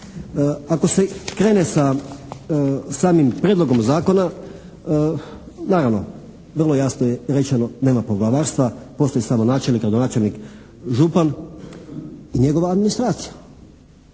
Ako se krene sa samim Prijedlogom zakona naravno vrlo jasno je rečeno nema poglavarstva, postoji samo načelnik, gradonačelnik, župan i njegova administracija.